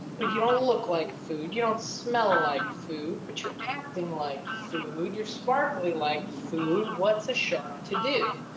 but you don't want to look like food. you don't smell like food, but you're acting like food. you're sparkly like food. what's a shark to do?